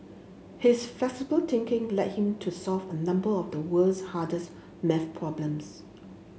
his flexible thinking led him to solve a number of the world's hardest math problems